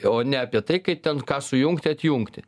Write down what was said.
o ne apie tai kaip ten ką sujungti atjungti